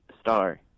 Star